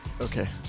Okay